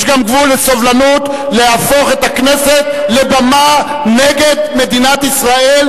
יש גם גבול לסובלנות כלפי להפוך את הכנסת לבמה נגד מדינת ישראל,